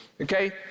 okay